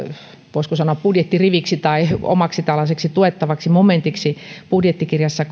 voisiko sanoa budjettiriviksi tai omaksi tällaiseksi tuettavaksi momentiksi budjettikirjassa